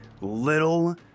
little